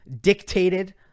dictated